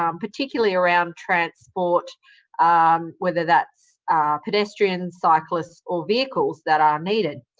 um particularly around transport um whether that's pedestrians, cyclists or vehicles that are needed.